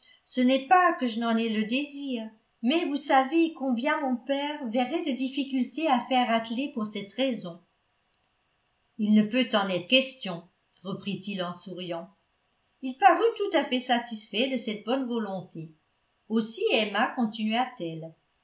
ce n'est pas que je n'en aie le désir mais vous savez combien mon père verrait de difficultés à faire atteler pour cette raison il ne peut en être question reprit-il en souriant il parut tout à fait satisfait de cette bonne volonté aussi emma continua-t-elle